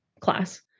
class